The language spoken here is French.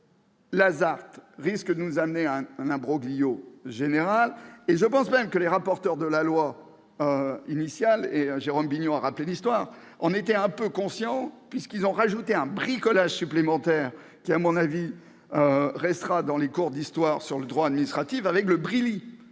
La ZART risque de conduire à un imbroglio général et je pense même que les rapporteurs de la proposition de loi initiale- Jérôme Bignon en rappelait l'histoire -en étaient un peu conscients, puisqu'ils ont ajouté un bricolage supplémentaire qui, à mon avis, restera dans les cours d'histoire du droit administratif, le bail